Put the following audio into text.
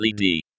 LED